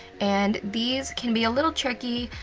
and these can be a little tricky.